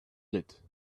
lit